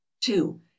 two